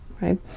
right